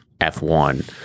f1